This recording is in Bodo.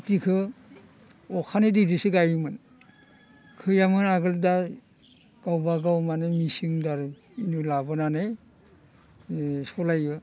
खेथिखौ अखानि दैजोंसो गायोमोन खैयामोन आगोल दा गावबागाव माने मिसिं दारै एनु लाबोनानै सालायो